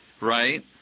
right